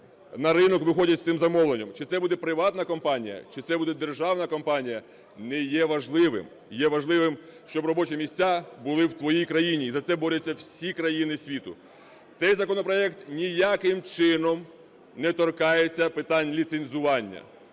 на ринок виходять з цим замовленням. Чи це буде приватна компанія, чи це буде державна компанія – не є важливим. Є важливим, щоб робочі місця були в твоїй країні, і за це борються всі країни світу". Цей законопроект ніяким чином не торкається питань ліцензування.